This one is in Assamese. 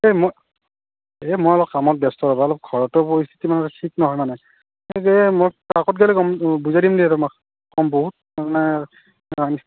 এ মই এই মই কামত ব্যস্ত ৰ'বা অলপ ঘৰতো পৰিস্থিতি মানে ঠিক নহয় মানে পাৰ্কত গ'লে বুজাই দিম দিয়া তোমাক ক'ম বহুত তাৰমানে